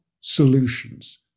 solutions